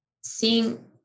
seeing